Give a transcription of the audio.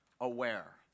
aware